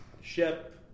ship